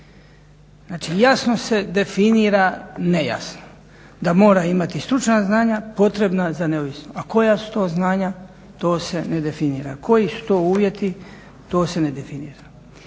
Znači, jasno se definira nejasno, da mora imati stručna znanja potrebna za neovisno a koja su to znanja to se ne definira, koji su to uvjeti, to se ne definira.